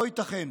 לא ייתכן